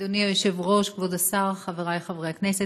אדוני היושב-ראש, כבוד השר, חברי חברי הכנסת,